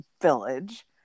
village